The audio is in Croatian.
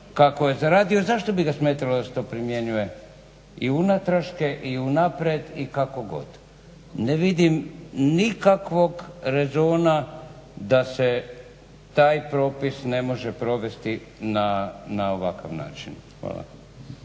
kako je zaradio, zašto bi ga smetalo da se to primjenjuje i unatraške i unaprijed i kako god. Ne vidim nikakvog rezona da se taj propis ne može provesti na ovakav način. Hvala.